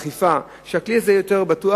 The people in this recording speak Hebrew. באכיפה, שהכלי הזה יהיה יותר בטוח.